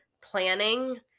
planning